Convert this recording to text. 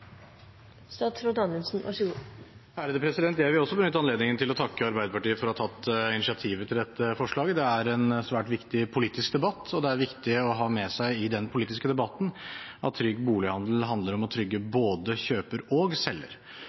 Jeg vil også benytte anledningen til å takke Arbeiderpartiet for å ha tatt initiativet til dette forslaget. Det er en svært viktig politisk debatt, og det er viktig å ha med seg i den politiske debatten at trygg bolighandel handler om å trygge både kjøper og selger.